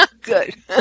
Good